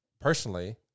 personally